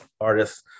artists